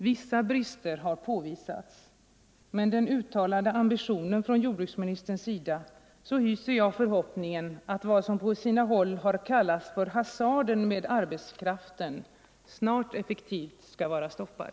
Vissa brister har påvisats, men med den uttalade ambitionen från jordbruksministerns sida hyser jag förhoppningen att vad som på sina håll har kallats för hasarden med arbetskraften snart effektivt skall vara stoppad.